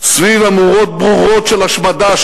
סביב אמירות ברורות של השמדה,